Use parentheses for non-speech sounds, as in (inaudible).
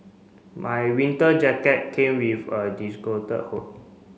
my winter jacket came with a (unintelligible) hood